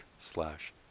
slash